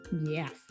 Yes